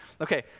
Okay